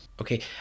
Okay